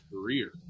career